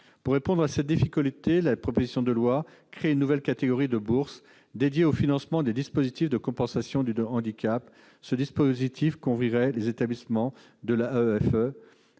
Pour répondre à cette difficulté, cette proposition de loi crée une nouvelle catégorie de bourses dédiées au financement des dispositifs de compensation du handicap. Ce dispositif concernerait les établissements de l'AEFE,